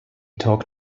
talk